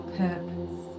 purpose